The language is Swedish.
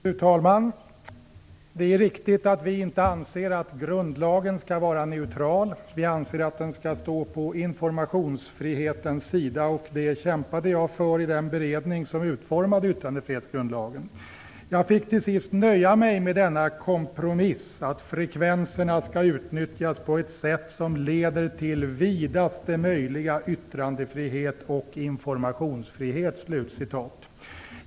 Fru talman! Det är riktigt att vi inte anser att grundlagen skall vara neutral. Vi anser att den skall stå på informationsfrihetens sida. Det kämpade jag för i den beredning som utformade yttrandefrihetsgrundlagen. Jag fick till sist nöja mig med denna kompromiss: "frekvenserna skall utnyttjas på ett sätt som leder till vidast möjliga yttrandefrihet och informationsfrihet".